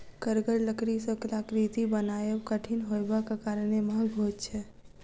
कड़गर लकड़ी सॅ कलाकृति बनायब कठिन होयबाक कारणेँ महग होइत छै